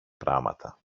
πράματα